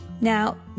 Now